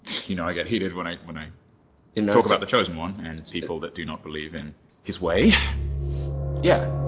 you know. i got heated when i when i talked about the chosen one and the people that do not believe in his way yeah,